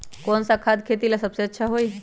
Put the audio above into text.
कौन सा खाद खेती ला सबसे अच्छा होई?